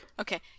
Okay